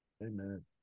Amen